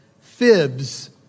fibs